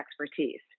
expertise